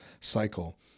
cycle